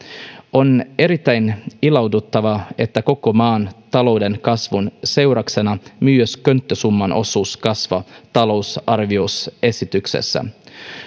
on erittäin ilahduttavaa että koko maan talouden kasvun seurauksena myös könttäsumman osuus kasvaa talousarvioesityksessä